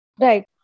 Right